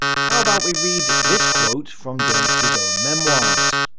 how about we read this quote from donitz's own memoirs.